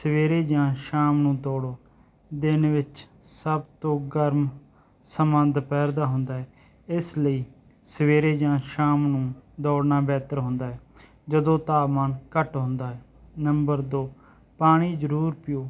ਸਵੇਰੇ ਜਾਂ ਸ਼ਾਮ ਨੂੰ ਦੌੜੋ ਦਿਨ ਵਿੱਚ ਸਭ ਤੋਂ ਗਰਮ ਸਮਾਂ ਦੁਪਹਿਰ ਦਾ ਹੁੰਦਾ ਹੈ ਇਸ ਲਈ ਸਵੇਰੇ ਜਾਂ ਸ਼ਾਮ ਨੂੰ ਦੌੜਨਾ ਬਿਹਤਰ ਹੁੰਦਾ ਹੈ ਜਦੋਂ ਤਾਪਮਾਨ ਘੱਟ ਹੁੰਦਾ ਹੈ ਨੰਬਰ ਦੋ ਪਾਣੀ ਜ਼ਰੂਰ ਪੀਓ